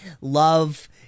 love